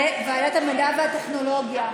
לוועדת המדע והטכנולוגיה.